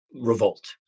revolt